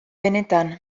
benetan